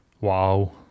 Wow